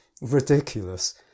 ridiculous